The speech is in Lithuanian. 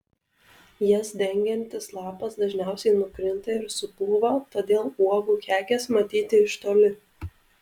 jas dengiantis lapas dažniausiai nukrinta ir supūva todėl uogų kekės matyti iš toli